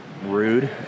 rude